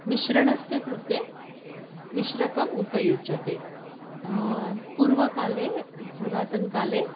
मिश्रणस्य कृते मिश्रकम् उपयुज्यते पूर्वकाले पुरातनकाले